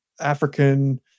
African